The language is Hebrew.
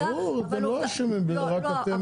ברור שלא רק אתם